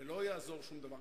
ולא יעזור שום דבר,